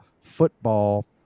Football